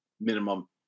minimum